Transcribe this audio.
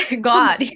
god